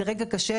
זה רגע קשה.